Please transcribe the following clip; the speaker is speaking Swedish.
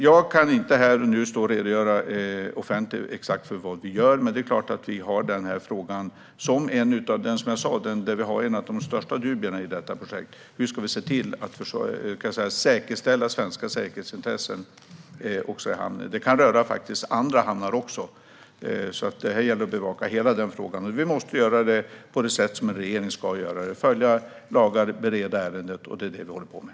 Jag kan inte här och nu redogöra offentligt för exakt vad vi gör, men som jag sa är det denna fråga vi har störst dubier om i detta projekt - hur vi ska säkerställa svenska säkerhetsintressen i hamnen. Det kan röra andra hamnar också, så det gäller att bevaka hela denna fråga. Vi måste göra det på det sätt som en regering ska - genom att följa lagar och bereda ärendet. Det är detta vi håller på med.